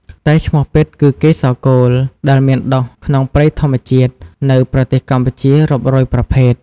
តែឈ្មោះពិត គឺកេសរកូល ដែលមានដុះក្នុងព្រៃធម្មជាតិ នៅប្រទេសកម្ពុជារាប់រយប្រភេទ។